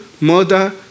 murder